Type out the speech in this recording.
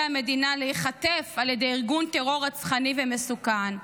המדינה להיחטף על ידי ארגון טרור רצחני ומסוכן,